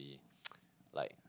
like